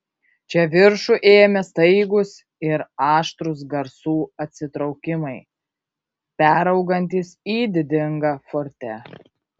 čia viršų ėmė staigūs ir aštrūs garsų atsitraukimai peraugantys į didingą forte